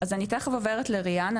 אז אני תיכף עוברת לריאן.